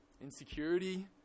insecurity